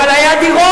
אבל היו דירות.